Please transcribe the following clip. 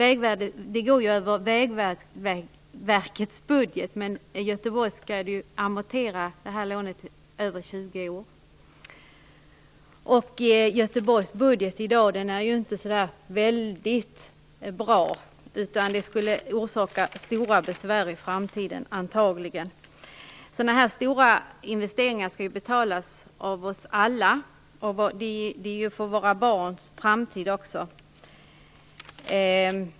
Lånet går ju över Vägverkets budget. Men Göteborg skall ju betala amorteringar i över 20 år. Göteborgs budget i dag är inte så väldigt bra. Antagligen skulle det här lånet orsaka stora besvär i framtiden. Så här stora investeringar skall betalas av oss alla. Vi måste också tänka på våra barns framtid.